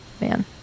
man